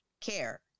care